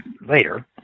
later